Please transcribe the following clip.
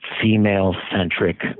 female-centric